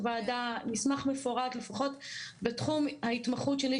הראש של הוועדה מסמך מתחום ההתמחות שלי,